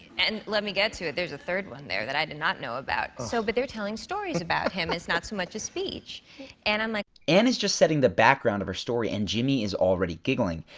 and let me get to it there's a third one there that i did not know about. so but they're telling stories about him it's not so much a speech and i'm like anne is just setting the background of her story and jimmy is already giggling.